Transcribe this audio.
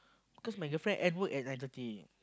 cause my girlfriend end work at nine thirty